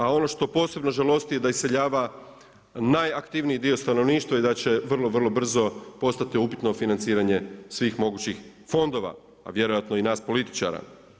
A ono što posebno žalosti da iseljava najaktivniji dio stanovništva i da će vrlo, vrlo brzo postati upitno financiranje svih mogućih fondova a vjerojatno i nas političara.